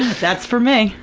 that's for me!